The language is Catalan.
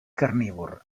carnívor